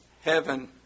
heaven